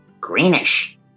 greenish